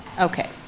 Okay